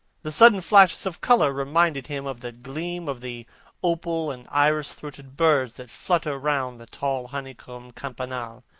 the sudden flashes of colour reminded him of the gleam of the opal-and-iris-throated birds that flutter round the tall honeycombed campanile,